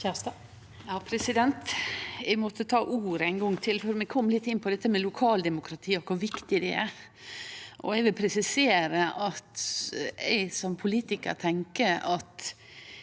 Kjerstad (SV) Eg måtte ta ordet ein gong til, for vi kom litt inn på dette med lokaldemokrati og kor viktig det er. Eg vil presisere at eg som politikar tenkjer at